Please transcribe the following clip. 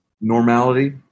normality